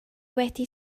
wedi